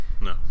No